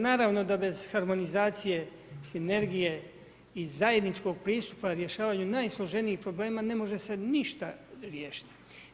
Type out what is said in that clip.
Naravno bez harmonizacije, sinergije i zajedničkog pristupa rješavanju najsloženijih problema ne može se ništa riješiti.